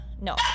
No